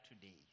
today